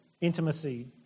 intimacy